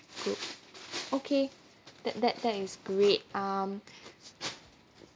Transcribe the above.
good okay that that that is great um